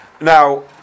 Now